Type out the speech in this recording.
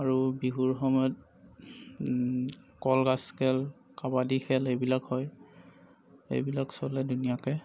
আৰু বিহুৰ সময়ত কলগছ খেল কাবাডী খেল এইবিলাক হয় এইবিলাক চলে ধুনীয়াকৈ